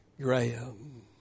Graham